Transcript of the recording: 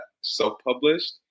self-published